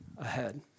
ahead